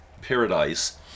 paradise